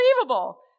unbelievable